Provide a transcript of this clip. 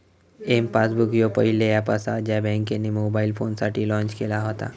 M passbook ह्यो पहिलो app असा ज्या बँकेन मोबाईल फोनसाठी लॉन्च केला व्हता